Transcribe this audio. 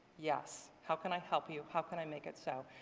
yes. how can i help you? how can i make it so?